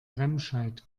remscheid